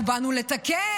אנחנו באנו לתקן.